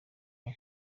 aba